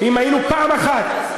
אם היינו פעם אחת,